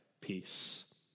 peace